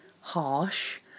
harsh